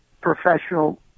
professional